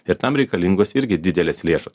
ir tam reikalingos irgi didelės lėšos